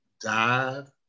dive